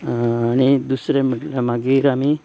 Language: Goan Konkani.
आनी दुसरें म्हटल्यार मागीर आमी